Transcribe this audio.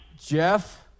Jeff